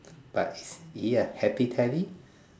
but is he a happy Teddy